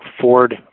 Ford